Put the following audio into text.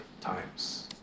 times